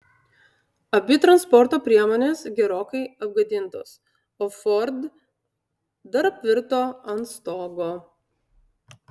abi transporto priemonės gerokai apgadintos o ford dar apvirto ant stogo